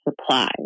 supply